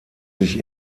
sich